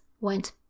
went